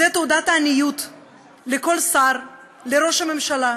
זו תעודת עניות לכל שר, לראש הממשלה,